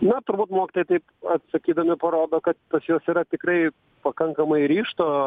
na turbūt mokytojai taip atsakydami parodo kad pas juos yra tikrai pakankamai ryžto